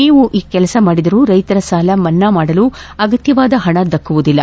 ನೀವು ಈ ಕೆಲಸ ಮಾಡಿದರೂ ರೈತರ ಸಾಲ ಮನ್ನಾ ಮಾಡಲು ಅಗತ್ಯವಾದ ಹಣ ದಕ್ಕುವುದಿಲ್ಲ